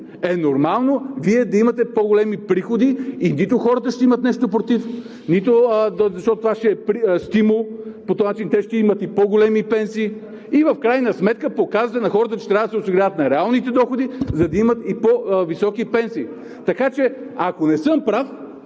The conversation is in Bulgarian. е нормално да имате по-големи приходи. Хората не ще имат нещо против, защото това ще е стимул, те ще имат и по-големи пенсии, и в крайна сметка показвате на хората, че трябва да се осигуряват на реалните доходи, за да имат и по-високи пенсии. Така че, ако не съм прав,